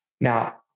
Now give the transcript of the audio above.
Now